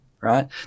right